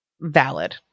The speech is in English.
valid